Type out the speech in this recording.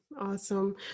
Awesome